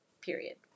Period